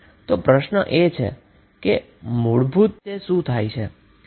તો મૂળભૂત રીતે શું થાય છે